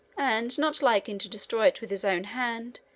and, not liking to destroy it with his own hand,